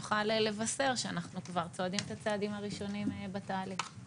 נוכל לבשר שאנחנו כבר צועדים את הצעדים הראשונים בתהליך.